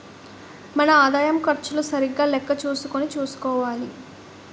మన ఆదాయం ఖర్చులు సరిగా లెక్క చూసుకుని చూసుకోవాలి